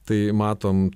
tai matom